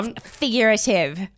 Figurative